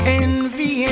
envy